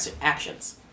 actions